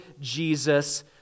Jesus